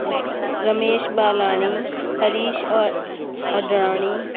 Ramesh Balani Harish Advani